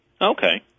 Okay